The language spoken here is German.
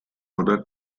oder